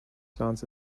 clans